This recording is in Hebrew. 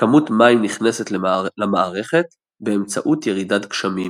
כמות מים נכנסת למערכת באמצעות ירידת גשמים.